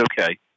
okay